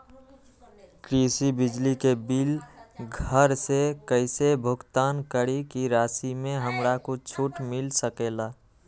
कृषि बिजली के बिल घर से कईसे भुगतान करी की राशि मे हमरा कुछ छूट मिल सकेले?